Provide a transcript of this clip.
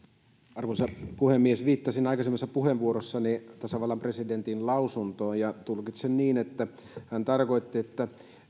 arvoisa puhemies viittasin aikaisemmassa puheenvuorossani tasavallan presidentin lausuntoon tulkitsen niin että hän tarkoitti että